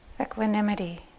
equanimity